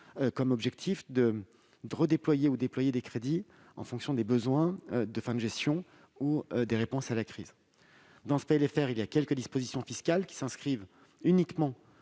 comme objectif de redéployer ou de déployer des crédits en fonction des besoins de fin de gestion ou des réponses à la crise. Dans ce PLFR, quelques dispositions fiscales s'inscrivent uniquement